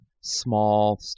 small